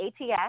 ATS